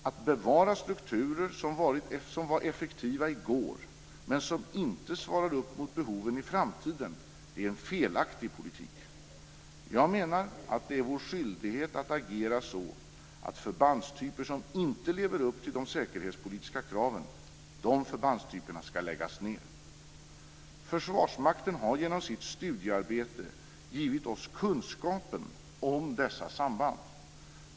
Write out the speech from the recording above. Att bevara strukturer som var effektiva i går, men som inte svarar upp mot behoven i framtiden, är en felaktig politik. Jag menar att det är vår skyldighet att agera så att förbandstyper som inte lever upp till de säkerhetspolitiska kraven skall läggas ned. Försvarsmakten har genom sitt studiearbete givit oss kunskapen om dessa samband.